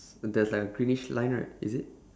there's like a greenish line right is it